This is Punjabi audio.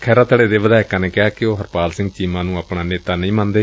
ਖਹਿਰਾ ਧੜੇ ਦੇ ਵਿਧਾਇਕਾਂ ਨੇ ਕਿਹਾ ਕਿ ਉਹ ਹਰਪਾਲ ਸਿੰਘ ਚੀਮਾ ਨੁੰ ਆਪਣਾ ਨੇਤਾ ਨਹੀਂ ਮੰਨਦੇ